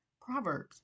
Proverbs